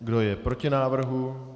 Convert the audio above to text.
Kdo je proti návrhu?